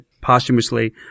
posthumously